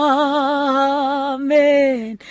amen